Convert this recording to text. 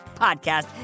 podcast